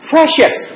Precious